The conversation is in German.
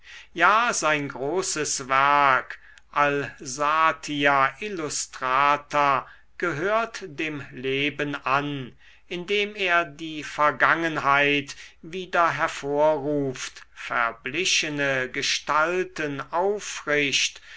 ja sein großes werk alsatia illustrata gehört dem leben an indem er die vergangenheit wieder hervorruft verblichene gestalten auffrischt